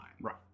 Right